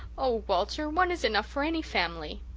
oh, walter, one is enough for any family.